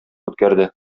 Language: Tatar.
үткәрде